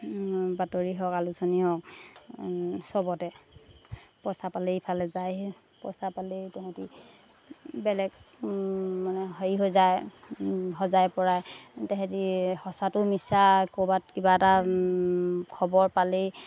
বাতৰি হওক আলোচনী হওক চবতে পইচা পালে ইফালে যায় পইচা পালেই তাহাঁতি বেলেগ মানে হেৰি হৈ যায় সজাই পৰাই তাহাঁতি সঁচাটো মিছা ক'ৰবাত কিবা এটা খবৰ পালেই